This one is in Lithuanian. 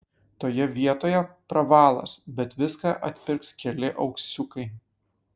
toje vietoje pravalas bet viską atpirks keli auksiukai